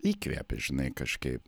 įkvėpė žinai kažkaip